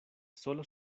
sola